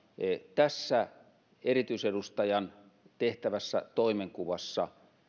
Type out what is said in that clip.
tässä erityisedustajan tehtävässä toimenkuvassa